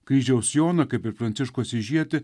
kryžiaus joną kaip ir pranciškų asyžietį